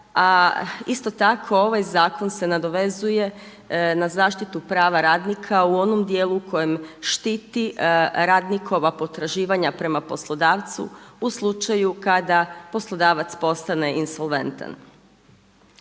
isto tako ovaj zakon se nadovezuje na zaštitu prava radnika u onom dijelu kojem štiti radnikova potraživanja prema poslodavcu u slučaju kada poslodavac postane insolventan.